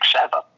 seven